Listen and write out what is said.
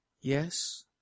Yes